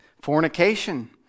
Fornication